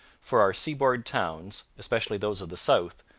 for our seaboard towns, especially those of the south,